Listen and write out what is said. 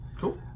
Cool